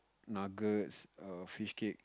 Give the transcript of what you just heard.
nuggets err fishcake